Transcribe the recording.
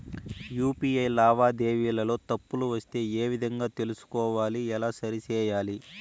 UPI లావాదేవీలలో తప్పులు వస్తే ఏ విధంగా తెలుసుకోవాలి? ఎలా సరిసేయాలి?